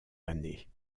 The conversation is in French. années